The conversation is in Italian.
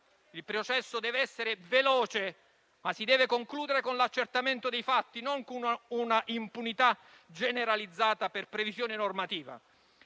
Il processo deve essere veloce, ma si deve concludere con l'accertamento dei fatti, non con un'impunità generalizzata per previsione normativa.